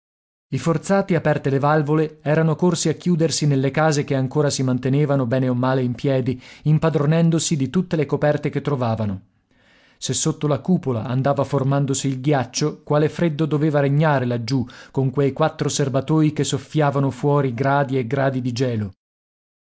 i forzati aperte le valvole erano corsi a chiudersi nelle case che ancora si mantenevano bene o male in piedi impadronendosi di tutte le coperte che trovavano se sotto la cupola andava formandosi il ghiaccio quale freddo doveva regnare laggiù con quei quattro serbatoi che soffiavano fuori gradi e gradi di gelo